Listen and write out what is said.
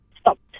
Stopped